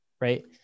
right